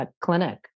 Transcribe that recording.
clinic